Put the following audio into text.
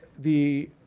the